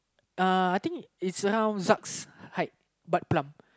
uh I think it's but plump